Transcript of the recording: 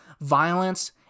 violence